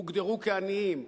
הוגדרו עניים,